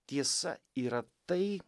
tiesa yra tai